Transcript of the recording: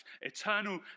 eternal